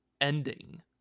ending